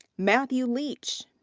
matthew leach.